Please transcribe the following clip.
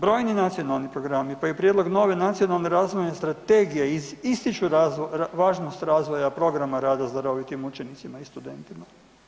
Brojni nacionalni programi, pa i prijedlog nove Nacionalne razvojne strategije ističu važnost razvoja programa rada s darovitim učenicima i studentima.